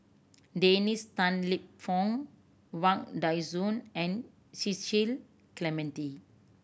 Dennis Tan Lip Fong Wang Dayuan and Cecil Clementi